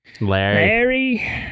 Larry